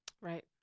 Right